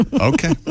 Okay